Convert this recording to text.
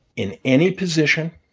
in any position,